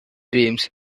dreams